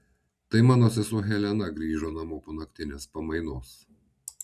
tai mano sesuo helena grįžo namo po naktinės pamainos